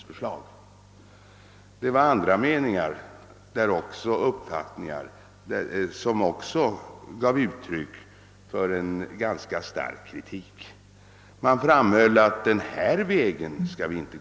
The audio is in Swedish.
Även från andra håll gav man uttryck för ganska stark kritik och menade att vi inte borde slå in på den föreslagna vägen.